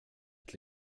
ett